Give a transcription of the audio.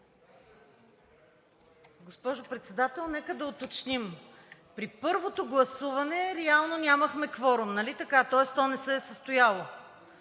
Госпожо Председател, нека да уточним. При първото гласуване реално нямахме кворум, нали така, тоест то не се е състояло,